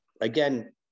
again